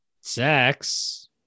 sex